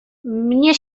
mnie